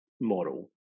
model